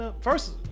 First